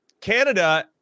canada